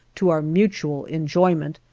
to our mutual enjoyment,